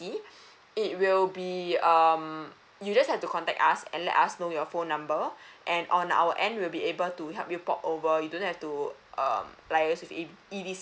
it will be um you just have to contact us and let us know your phone number and on our end we will be able to help you port over you don't have to um liaise with E_D_C